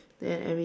then every